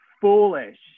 foolish